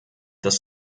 das